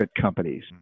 companies